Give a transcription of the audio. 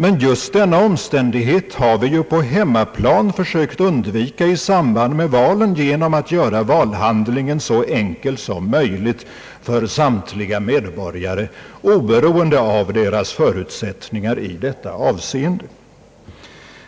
Men just denna omständighet har vi ju på hemmaplan försökt undvika i samband med val genom att göra valhandlingen så enkel som möjligt för samtliga medborgare oberoende av deras förutsättningar i detta avseende.